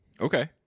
Okay